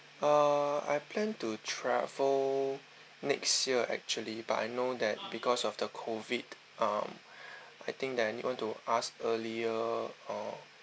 uh I plan to travel next year actually but I know that because of the COVID um I think that I need to ask earlier uh